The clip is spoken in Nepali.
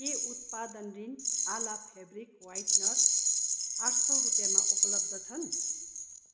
के उत्पादन रिन आला फेब्रिक ह्वाइटनर आठ सौ रुपियाँमा उपलब्ध छन्